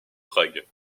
prague